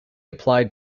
applied